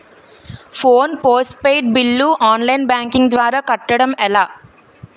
Phone postpaid bill online banking ద్వారా కట్టడం ఎలా?